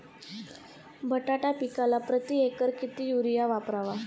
बटाटा पिकाला प्रती एकर किती युरिया वापरावा?